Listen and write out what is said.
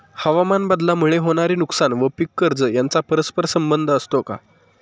हवामानबदलामुळे होणारे नुकसान व पीक कर्ज यांचा परस्पर संबंध असतो का?